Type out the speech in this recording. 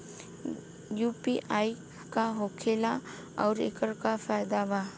UPI का होखेला आउर एकर का फायदा बा?